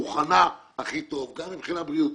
מוכנה הכי טוב גם מבחינה בריאותית,